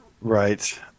Right